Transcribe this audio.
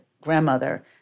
grandmother